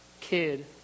kid